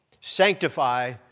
sanctify